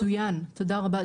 מצוין, תודה רבה.